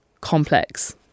complex